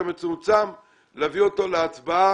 ועדת ההנחות, ותקנו אותי אם אני טועה,